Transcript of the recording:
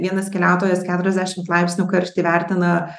vienas keliautojas keturiasdešimt laipsnių karštį vertina